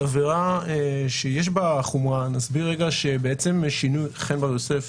חן בר יוסף,